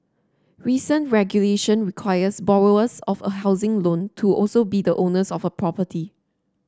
recent regulation requires borrowers of a housing loan to also be the owners of a property